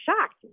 shocked